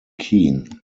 keen